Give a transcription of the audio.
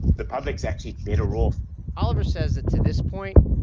the public is actually better off oliver says it to this point,